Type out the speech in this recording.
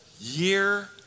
Year